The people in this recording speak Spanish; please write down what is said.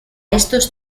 estos